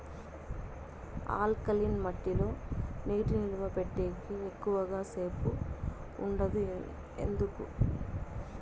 alkaline మట్టి లో నీటి నిలువ పెట్టేకి ఎక్కువగా సేపు ఉండదు ఎందుకు